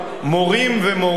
מורים ומורות,